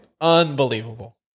unbelievable